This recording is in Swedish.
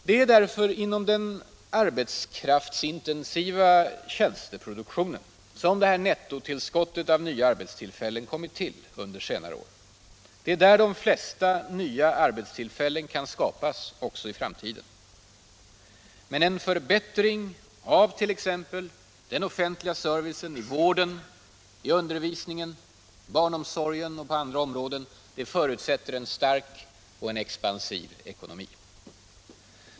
Det är därför inom den arbetskraftsintensiva tjänsteproduktionen som nettotillskottet av nya arbetstillfällen kommit till under senare år. Det är där de flesta nya arbetstillfällen kan skapas också i framtiden. Men en förbättring av t.ex. den offentliga servicen i vården, inom undervisningen, barnomsorgen och på en rad andra områden förutsätter en stark och expansiv ekonomi.